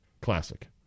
Classic